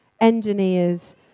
engineers